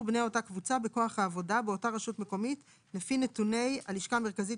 בני אותה קבוצה בכוח העבודה באותה רשות מקומית לפי נתוני הלשכה המרכזית